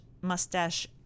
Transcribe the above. mustache